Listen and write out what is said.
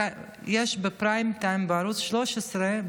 בערוץ 13,